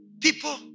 People